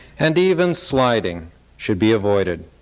and even sliding should be avoided.